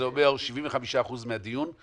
זה אומר 75% מהדיון,